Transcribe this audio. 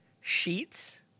sheets